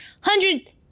hundred